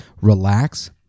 Relax